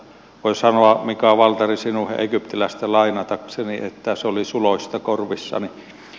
voin sanoa mika waltarin sinuhe egyptiläistä lainatakseni että se oli suloista korvissani